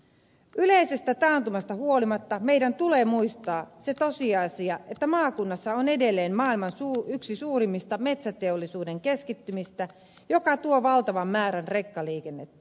yleisestä taantumasta huolimatta meidän tulee muistaa se tosiasia että maakunnassa on edelleen yksi maailman suurimmista metsäteollisuuden keskittymistä joka tuo valtavan määrän rekkaliikennettä